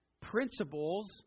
principles